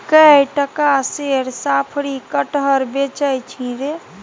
कए टका सेर साफरी कटहर बेचय छी रे